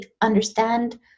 understand